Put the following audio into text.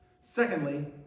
Secondly